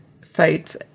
fights